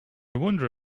wonder